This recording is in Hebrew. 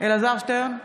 אלעזר שטרן,